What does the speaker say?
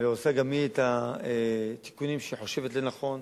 עושה גם היא את התיקונים שהיא חושבת לנכון,